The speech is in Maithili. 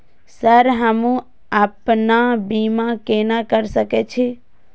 सर हमू अपना बीमा केना कर सके छी?